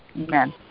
amen